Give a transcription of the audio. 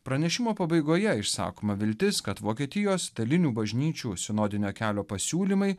pranešimo pabaigoje išsakoma viltis kad vokietijos dalinių bažnyčių sinodinio kelio pasiūlymai